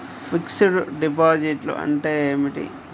Fixed డిపాజిట్లు అంటే ఏమిటి?